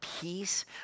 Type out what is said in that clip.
peace